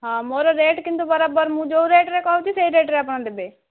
ହଁ ମୋର ରେଟ୍ କିନ୍ତୁ ବରାବର ମୁଁ ଯେଉଁ ରେଟ୍ ରେ କହୁଛି ସେହି ରେଟ୍ ରେ ଆପଣ ଦେବେ